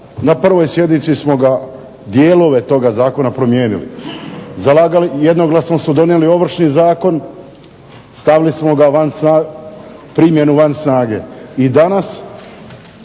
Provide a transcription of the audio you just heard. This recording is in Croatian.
na prvoj sjednici smo dijelove toga zakona promijenili. Jednoglasno smo donijeli Ovršni zakon, stavili smo ga van primjenu van snage. I danas